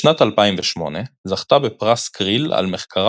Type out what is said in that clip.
בשנת 2008 זכתה בפרס קריל על מחקרה